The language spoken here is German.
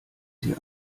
sie